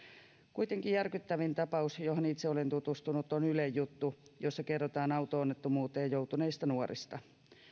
kuitenkin järkyttävin tapaus johon itse olen tutustunut on ylen juttu jossa kerrotaan auto onnettomuuteen joutuneista nuorista